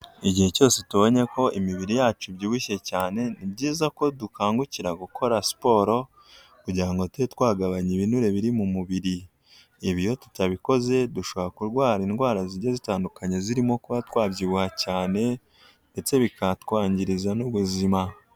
Igihe cyose tubonye ko imibiri yacu ibyibushye cyane, ni byiza ko dukangukira gukora siporo kugira ngo tube twagabanya ibinure biri mu mubiri. Ibyo iyo tutabikoze dushobora kurwara indwara zigiye zitandukanye zirimo kuba twabyibuha cyane ndetse bikatwangiriza n'ubuzima.